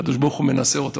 הקדוש ברוך הוא מנסה אותו.